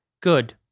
good